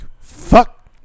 fuck